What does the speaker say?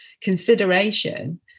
consideration